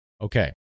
Okay